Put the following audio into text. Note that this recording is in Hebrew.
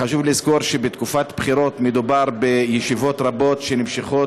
חשוב לזכור שבתקופת בחירות מדובר בישיבות רבות שנמשכות